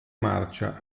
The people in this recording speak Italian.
marcia